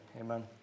amen